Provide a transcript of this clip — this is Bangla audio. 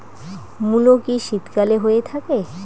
মূলো কি শীতকালে হয়ে থাকে?